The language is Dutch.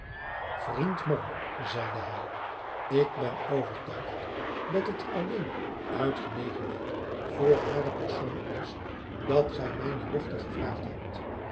mom zeide hij ik ben overtuigd dat het alleen uit genegenheid voor hare persoon is dat gij mijne dochter gevraagd hebt